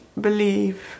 believe